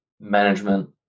management